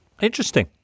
Interesting